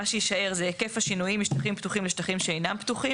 מה שיישאר זה "היקף השינויים משטחים פתוחים לשטחים שאינם פתוחים".